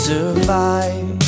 Survive